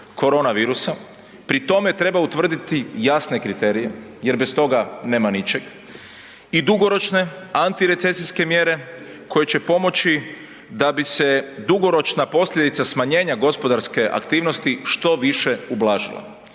Pri tome treba utvrditi jasne kriterije jer bez toga nema ničeg i dugoročne antirecesijske mjere koje će pomoći da bi se dugoročna posljedica smanjenja gospodarske aktivnosti što više ublažila.